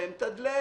מתדלק